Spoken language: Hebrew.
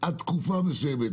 עד תקופה מסוימת.